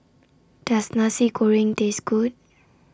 Does Nasi Goreng Taste Good